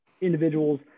individuals